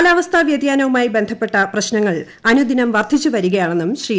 കാലാവസ്ഥാ വൃതിയാസ്പ്രുമായി ബന്ധപ്പെട്ട പ്രശ്നങ്ങൾ അനുദിനം വർദ്ധിച്ച് വരികയാണെന്നു്ം ശ്രീ